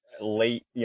late